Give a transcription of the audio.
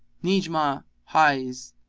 najmah highs,